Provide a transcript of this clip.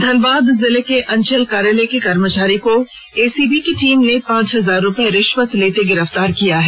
धनबाद जिले के अंचल कार्यालय के कर्मचारी को एसीबी की टीम ने पांच हजार रुपये रिश्वत लेते गिरफ्तार किया है